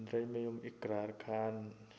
ꯐꯨꯟꯗ꯭ꯔꯩꯃꯌꯨꯝ ꯏꯀ꯭ꯔꯥꯔ ꯈꯥꯟ